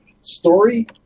story